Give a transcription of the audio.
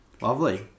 Lovely